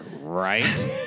right